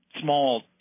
small